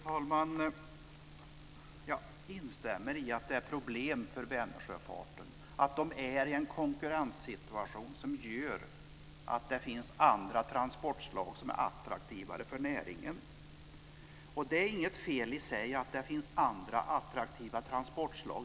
Fru talman! Jag instämmer i att det är problem för Vänersjöfarten, att den är i en konkurrenssituation som gör att det finns andra transportslag som är attraktivare för näringen. Det är inget fel i sig att det finns andra attraktiva transportslag.